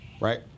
right